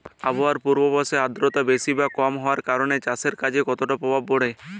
আবহাওয়ার পূর্বাভাসে আর্দ্রতা বেশি বা কম হওয়ার কারণে চাষের কাজে কতটা প্রভাব পড়ে?